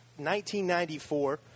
1994